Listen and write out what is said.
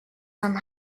van